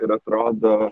ir atrodo